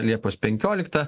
liepos penkioliktą